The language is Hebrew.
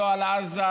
לא על עזה,